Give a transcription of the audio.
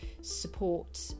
support